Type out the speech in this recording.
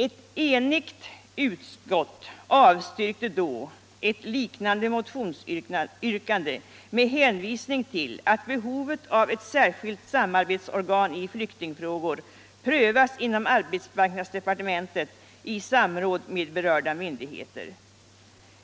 Ett enigt utskott avstyrkte då ett liknande motionsyrkande med hänvisning till att behovet av ett särskilt samarbetsorgan i flyktingfrågor prövas inom arbetsmarknadsdepartementet i samråd med berörda myndigheter.